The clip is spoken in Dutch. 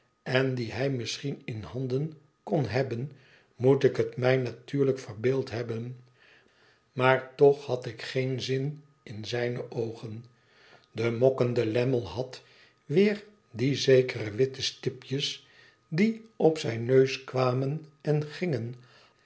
en die hij misschien m handen kon hebben moet ik het mij natuurlijk verbeeld hebben maar toch had ik geen zin in zijne oogen de mokkende lammie had weer die zekere witte stipjes die op zijn neus kwamen en gingen